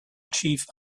chief